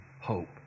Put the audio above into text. hope